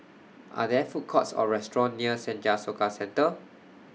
Are There Food Courts Or restaurants near Senja Soka Centre